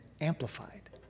Amplified